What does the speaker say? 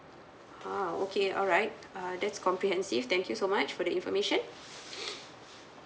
ah okay alright uh that's comprehensive thank you so much for the information